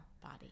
body